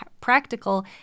practical